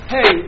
Hey